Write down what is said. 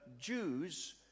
Jews